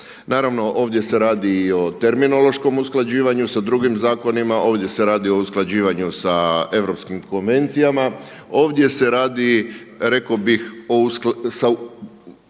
Naravno ovdje se radi i o terminološkom usklađivanju sa drugim zakonima, ovdje se radi o usklađivanju sa europskim konvencijama, ovdje se radi rekao bih o usklađivanju